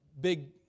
big